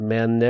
Men